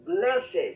Blessed